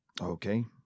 Okay